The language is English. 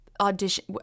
audition